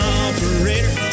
operator